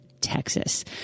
Texas